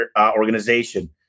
organization